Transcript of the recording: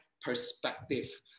perspective